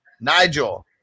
Nigel